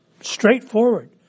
Straightforward